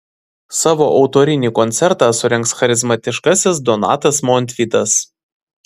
savo autorinį koncertą surengs charizmatiškasis donatas montvydas